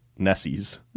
Nessies